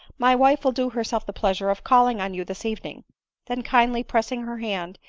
my wife will do herself the pleasure of calling on you this evening then, kindly pressing her hand,